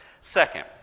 Second